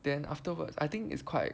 then afterwards I think it's quite